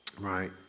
right